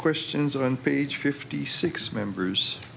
questions on page fifty six members